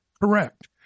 correct